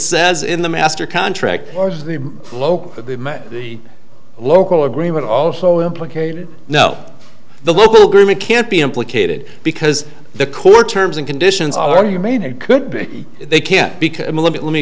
says in the master contract or low local agreement also implicated no the local government can't be implicated because the core terms and conditions are you made it could be they can't become a limit let me